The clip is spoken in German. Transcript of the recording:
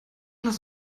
lass